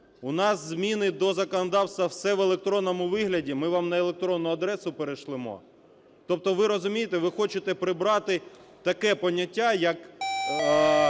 у нас зміни до законодавства, все в електронному вигляді, ми вам на електронну адресу перешлемо? Тобто ви розумієте, ви хочете прибрати таке поняття як